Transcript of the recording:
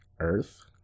Earth